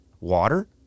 water